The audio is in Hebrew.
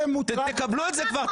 תקבלו את זה כבר,